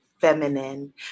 feminine